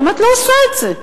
למה את לא עושה את זה?